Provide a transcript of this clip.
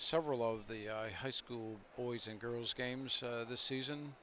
several of the high school boys and girls games this season